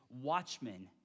watchmen